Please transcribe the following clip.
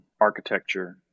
architecture